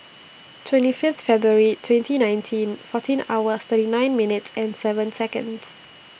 twenty Fifth February twenty nineteen fourteen hours thirty nine minutes and seven Seconds